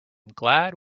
glad